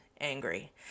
angry